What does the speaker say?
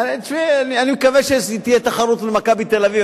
אני מקווה שתהיה תחרות מול "מכבי תל-אביב",